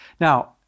Now